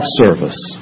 service